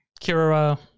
Kira